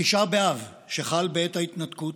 התשעה באב, שחל בעת ההתנתקות,